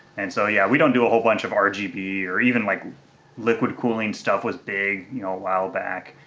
and so yeah, we don't do a whole bunch of ah rgb or even like liquid cooling stuff was big you know a while back.